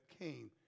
came